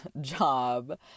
job